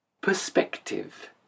Perspective